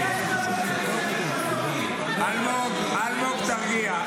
------ אלמוג, תרגיע.